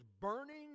burning